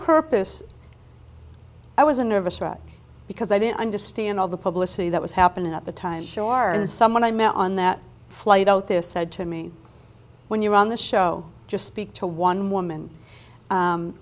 purpose i was a nervous wreck because i didn't understand all the publicity that was happening at the time show r and someone i met on that flight out this said to me when you're on the show just speak to one woman